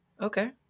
Okay